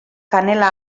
kanela